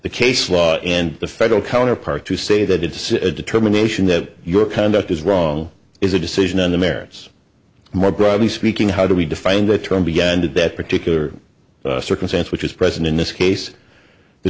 the case law and the federal counterpart to say that it's a determination that your conduct is wrong is a decision on the merits more broadly speaking how do we define the term be ended that particular circumstance which is present in this case the